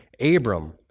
Abram